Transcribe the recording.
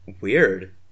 weird